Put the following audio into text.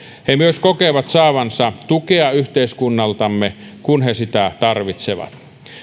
he myös kokevat saavansa tukea yhteiskunnaltamme kun he sitä tarvitsevat